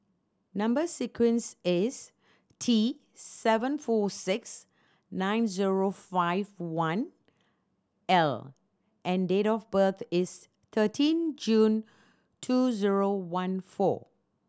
number sequence is T seven four six nine zero five one L and date of birth is thirteen June two zero one four